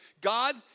God